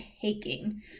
taking